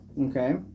okay